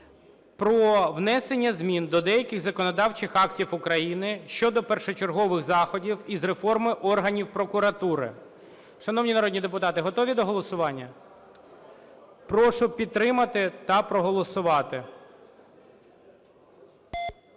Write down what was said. про внесення змін до деяких законодавчих актів України щодо першочергових заходів із реформи органів прокуратури. Шановні народні депутати, готові до голосування? Прошу підтримати та проголосувати.